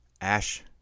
Ash